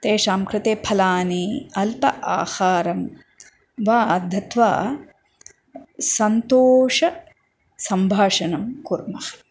तेषां कृते फलानि अल्पाहारं वा दत्वा सन्तोषसम्भाषणं कुर्मः